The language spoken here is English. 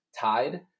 tied